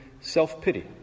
self-pity